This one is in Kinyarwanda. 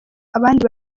abandi